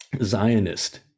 zionist